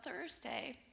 Thursday